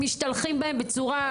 משתלחים בהם בצורה מזעזעת.